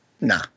nah